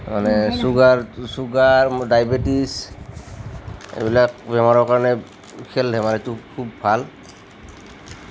মানে ছুগাৰটো sugar diabetes এইবিলাক বেমাৰৰ কাৰণে খেল ধেমালিটো খুব ভাল